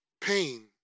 pain